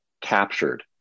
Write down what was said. captured